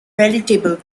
veritable